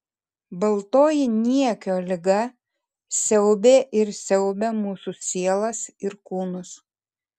baltoji niekio liga siaubė ir siaubia mūsų sielas ir kūnus